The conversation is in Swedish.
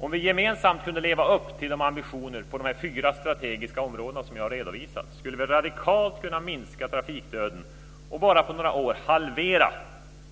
Om vi gemensamt kunde leva upp till de ambitioner på fyra strategiska områden som jag har redovisat, skulle vi radikalt kunna minska trafikdöden och bara på några år halvera